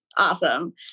Awesome